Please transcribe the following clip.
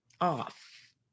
off